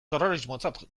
terrorismotzat